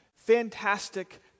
Fantastic